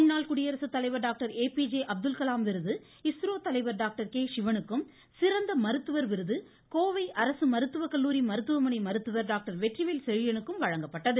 முன்னாள் குடியரசு தலைவர் டாக்டர் ஏபிஜே அப்துல்கலாம் விருது இஸ்ரோ தலைவர் டாக்டர் கே சிவனுக்கும் சிறந்த மருத்துவர் விருது கோவை அரசு மருத்துவமனை மருத்துவர் டாக்டர் வெற்றிவேல் செழியனுக்கும் வழங்கப்பட்டது